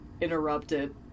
interrupted